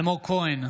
אלמוג כהן,